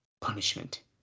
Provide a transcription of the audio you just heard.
Punishment